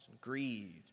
greed